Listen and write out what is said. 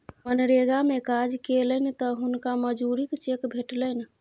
मनरेगा मे काज केलनि तँ हुनका मजूरीक चेक भेटलनि